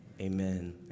amen